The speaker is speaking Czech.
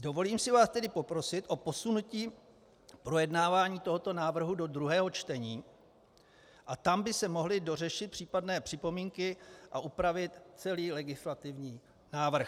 Dovolím si vás tedy poprosit o posunutí projednávání tohoto návrhu do druhého čtení a tam by se mohly dořešit případné připomínky a upravit celý legislativní návrh.